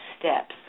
steps